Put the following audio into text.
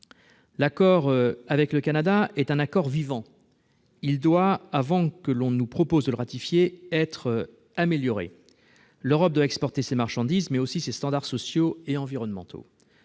L'accord avec le Canada est un accord vivant. Il doit, avant que l'on nous propose de le ratifier, être amélioré. L'Europe doit exporter ses marchandises, mais aussi ses standards sociaux et environnementaux.